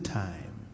time